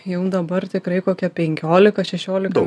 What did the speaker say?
jau dabar tikrai kokia penkiolika šešiolika